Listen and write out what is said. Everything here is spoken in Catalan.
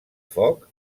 foc